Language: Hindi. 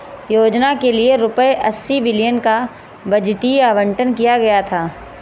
योजना के लिए रूपए अस्सी बिलियन का बजटीय आवंटन किया गया था